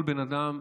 כל בן אדם,